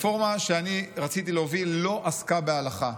הרפורמה שאני רציתי להוביל לא עסקה בהלכה.